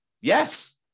Yes